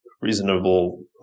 reasonable